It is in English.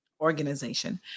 organization